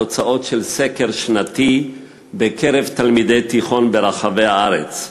תוצאות של סקר שנתי בקרב תלמידי תיכון ברחבי הארץ.